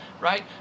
right